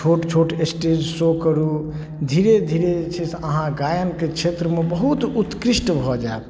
छोट छोट stage show करू धीरे धीरे जे छै से अहाँ गायनके क्षेत्रमे बहुत उत्कृष्ट भऽ जाएब